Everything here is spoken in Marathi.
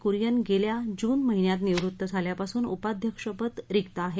कुरियन गेल्या जून महिन्यात निवृत्त झाल्यापासून उपाध्यक्षपद रिक्त आहे